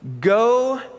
go